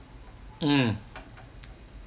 mm